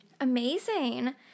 Amazing